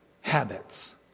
habits